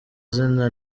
izina